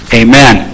amen